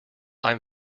i’m